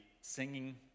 singing